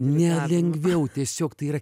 ne lengviau tiesiog tai yra